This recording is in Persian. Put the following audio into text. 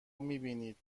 میبینید